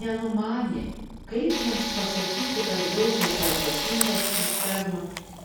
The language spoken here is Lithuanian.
nenumanė kaip jiems pasakyti kad jaučiasi atsakingas už fermą